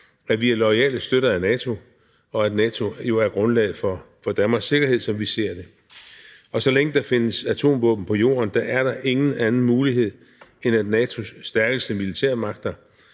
at vi er loyale støtter af NATO, og at NATO jo er grundlaget for Danmarks sikkerhed, som vi ser det. Så længe der findes atomvåben på jorden, er der ingen anden mulighed, end at NATO's stærkeste militærmagter,